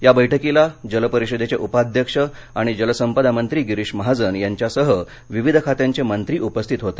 या बैठकीला जल परिषदेचे उपाध्यक्ष आणि जलसंपदा मंत्री गिरीष महाजन यांच्यासह विविध खात्यांचे मंत्री उपस्थित होते